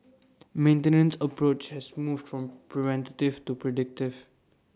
maintenance approach has moved from preventative to predictive